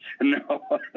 No